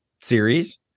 series